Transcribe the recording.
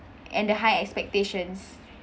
and the high expectations